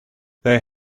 they